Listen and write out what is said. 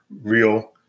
real